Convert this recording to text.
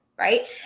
Right